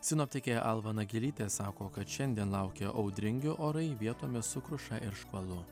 sinoptikė alva nagelytė sako kad šiandien laukia audringi orai vietomis su kruša ir škvalu